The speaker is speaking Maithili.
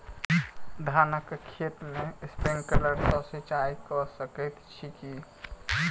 धानक खेत मे स्प्रिंकलर सँ सिंचाईं कऽ सकैत छी की?